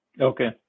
Okay